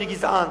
אני גזען.